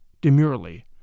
demurely